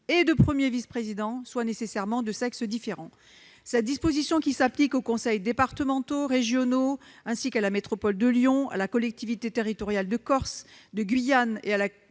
et de premier vice-président sont nécessairement de sexe différent. Cette disposition, qui s'applique aux conseils départementaux, aux conseils régionaux, ainsi qu'à la métropole de Lyon, à la collectivité territoriale de Corse, à la